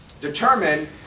determine